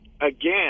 again